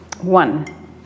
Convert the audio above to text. one